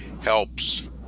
helps